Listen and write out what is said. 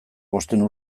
bostehun